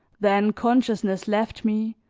then consciousness left me,